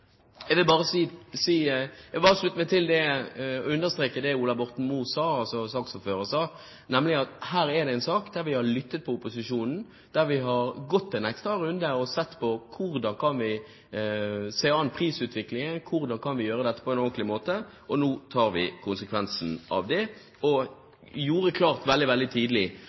Jeg vil bare understreke det saksordføreren, Ola Borten Moe, sa, nemlig at her har vi en sak der vi har lyttet til opposisjonen, der vi har gått en ekstra runde og sett på hvordan vi kan se an prisutviklingen, og hvordan vi kan gjøre dette på en ordenlig måte. Nå tar vi konsekvensen av det, og vi gjorde tidlig veldig